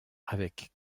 avec